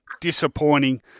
disappointing